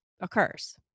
occurs